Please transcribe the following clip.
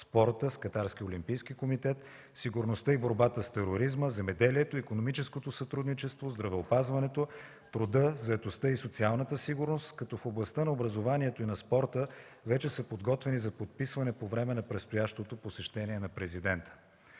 спорта – с Катарския олимпийски комитет, сигурността и борбата с тероризма, земеделието, икономическото сътрудничество, здравеопазването, труда, заетостта и социалната сигурност, като в областта на образованието и спорта вече са подготвени за подписване по време на предстоящото посещение на Президента.